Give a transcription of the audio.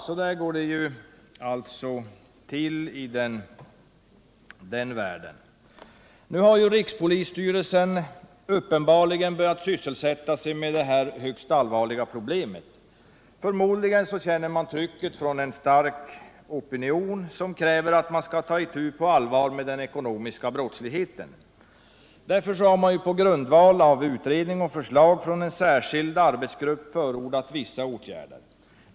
Så går det alltså till i den världen. Rikspolisstyrelsen har nu uppenbarligen börjat sysselsätta sig med detta högst allvarliga problem. Förmodligen känner man trycket från en stark opinion, som kräver att man skall ta itu på allvar med den ekonomiska brottsligheten. Man har därför på grundval av utredning och förslag från en särskild arbetsgrupp förordat vissa åtgärder.